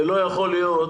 לא יכול להיות